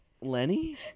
Lenny